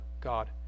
God